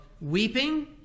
weeping